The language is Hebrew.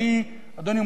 אדוני,